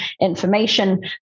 information